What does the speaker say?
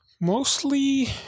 mostly